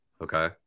okay